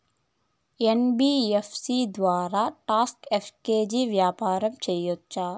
NBFC ద్వారా stock exchange వ్యాపారం సేయొచ్చా?